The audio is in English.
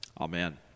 Amen